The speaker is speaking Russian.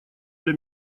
для